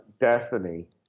destiny